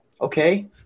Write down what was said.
Okay